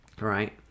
right